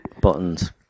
Buttons